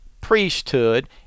priesthood